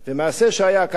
מעשה שהיה, כך היה: